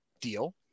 Deal